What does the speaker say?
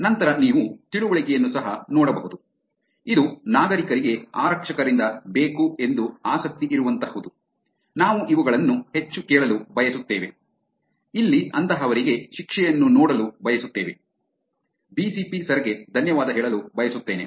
ನಂತರ ನೀವು ತಿಳುವಳಿಕೆಯನ್ನು ಸಹ ನೋಡಬಹುದು ಇದು ನಾಗರಿಕರಿಗೆ ಆರಕ್ಷಕರಿಂದ ಬೇಕು ಎಂದು ಆಸಕ್ತಿ ಇರುವಂತಹುದು ನಾವು ಇವುಗಳನ್ನು ಹೆಚ್ಚು ಕೇಳಲು ಬಯಸುತ್ತೇವೆ ಇಲ್ಲಿ ಅಂತಹವರಿಗೆ ಶಿಕ್ಷೆಯನ್ನು ನೋಡಲು ಬಯಸುತ್ತೇವೆ ಬಿಸಿಪಿ ಸರ್ ಗೆ ಧನ್ಯವಾದ ಹೇಳಲು ಬಯಸುತ್ತೇನೆ